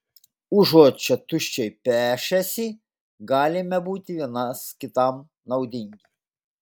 užuot čia tuščiai pešęsi galime būti vienas kitam naudingi